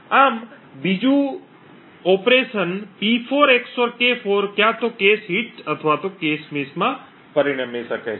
આમ બીજું Pપરેશન P4 XOR K4 ક્યાંતો કacheશ હિટ અથવા કacheશ મિસ પરિણમી શકે છે